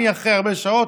אני אחרי הרבה שעות,